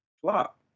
Flop